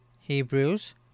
Hebrews